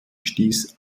stieß